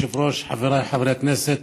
אדוני היושב-ראש, חבריי חברי הכנסת,